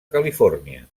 califòrnia